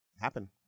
happen